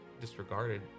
disregarded